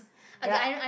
ya